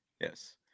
Yes